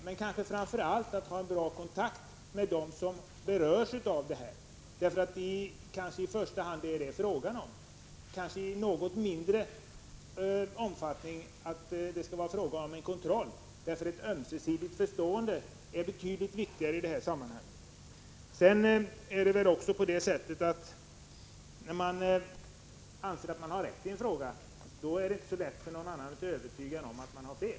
Framför allt skapas bättre möjligheter till en bra kontakt med dem som berörs, och det är kanske detta det är fråga om i första hand och i mindre omfattning fråga om en kontroll. Ömsesidig förståelse är nog betydligt viktigare i det här sammanhanget. Sedan är det väl på det sättet att när man anser att man har rätt i en fråga är det inte så lätt för någon annan att övertyga en om att man har fel.